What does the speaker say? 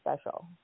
special